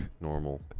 normal